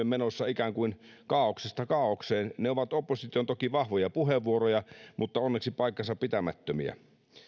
menossa ikään kuin kaaoksesta kaaokseen ne ovat oppositiolta toki vahvoja puheenvuoroja mutta onneksi paikkansapitämättömiä